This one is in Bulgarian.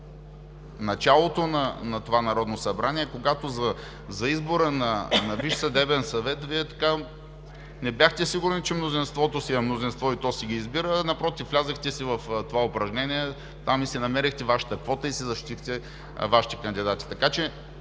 началото на това Народно събрание, когато за избора на Висш съдебен съвет Вие не бяхте сигурни, че мнозинството си е мнозинство и то си ги избира, а напротив, влязохте си в това упражнение, намерихте Вашата квота и защитихте кандидатите си. Така че